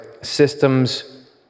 systems